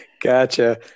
gotcha